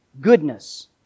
Goodness